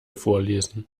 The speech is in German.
vorlesen